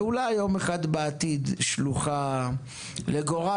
ואולי, יום אחד בעתיד, שלוחה לגורל.